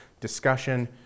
discussion